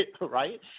right